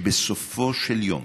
שבסופו של יום,